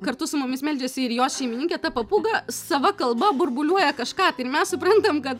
kartu su mumis meldžiasi ir jos šeimininkė ta papūga sava kalba burbuliuoja kažką ir mes suprantam kad